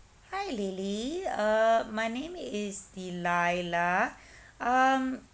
hi lily uh my name is delilah um